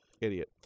Idiot